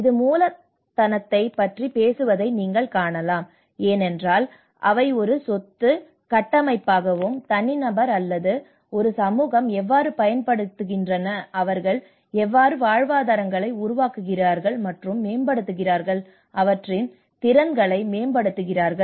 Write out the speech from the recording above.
இது மூலதனத்தைப் பற்றி பேசுவதை நீங்கள் காணலாம் ஏனென்றால் அவை ஒரு சொத்து கட்டமைப்பாகவும் தனிநபர் அல்லது ஒரு சமூகம் எவ்வாறு பயன்படுத்துகின்றன அவர்கள் எவ்வாறு வாழ்வாதாரங்களை உருவாக்குகிறார்கள் மற்றும் மேம்படுத்துகிறார்கள் அவற்றின் திறன்களை மேம்படுத்துகிறார்கள்